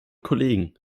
kollegen